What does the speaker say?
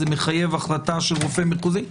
זה מחייב החלטה של רופא מחוזי.